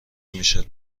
میشد